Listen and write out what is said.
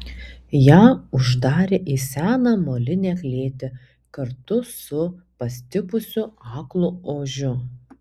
ją uždarė į seną molinę klėtį kartu su pastipusiu aklu ožiu